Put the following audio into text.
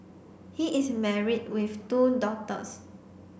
he is married with two daughters